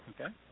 Okay